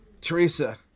Teresa